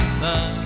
sun